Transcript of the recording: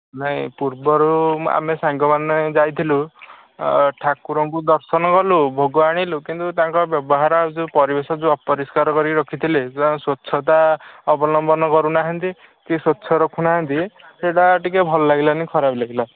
ନାହିଁ ପୂର୍ବରୁ ଆମେ ସାଙ୍ଗମାନେ ଯାଇଥିଲୁ ଠାକୁରଙ୍କୁ ଦର୍ଶନ କଲୁ ଭୋଗ ଆଣିଲୁ କିନ୍ତୁ ତାଙ୍କ ବ୍ୟବହାର ଆଉ ସେ ପରିବେଶ ଯେଉଁ ଅପରିଷ୍କାର କରି ରଖିଥିଲେ ତାଙ୍କ ସ୍ୱଚ୍ଛତା ଅବଲମ୍ବନ କରୁନାହାନ୍ତି କି ସ୍ୱଚ୍ଛ ରଖୁନାହାନ୍ତି ସେଇଟା ଟିକିଏ ଭଲ ଲାଗିଲାନି ଖରାପ ଲାଗିଲା